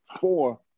four